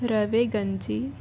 ರವೆ ಗಂಜಿ